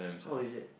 how is it